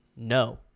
No